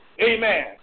Amen